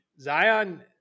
Zion